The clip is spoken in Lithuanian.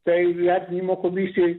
tai vertinimo komisijai